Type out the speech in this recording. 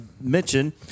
mention